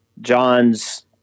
John's